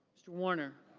mr. warner.